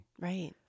Right